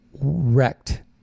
wrecked